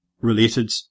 related